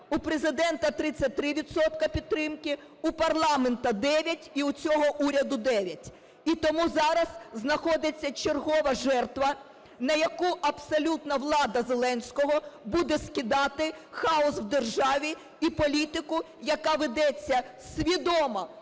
у Президента 33 відсотки підтримки, у парламенту – 9 і у цього уряду – 9. І тому зараз знаходиться чергова жертва, на яку абсолютна влада Зеленського буде скидати хаос в державі і політику, яка ведеться свідомо